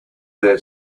their